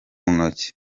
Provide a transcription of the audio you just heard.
ntoki